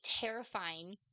terrifying